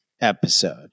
episode